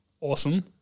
Awesome